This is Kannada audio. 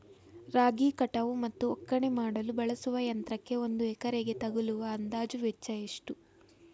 ರಾಗಿ ಕಟಾವು ಮತ್ತು ಒಕ್ಕಣೆ ಮಾಡಲು ಬಳಸುವ ಯಂತ್ರಕ್ಕೆ ಒಂದು ಎಕರೆಗೆ ತಗಲುವ ಅಂದಾಜು ವೆಚ್ಚ ಎಷ್ಟು?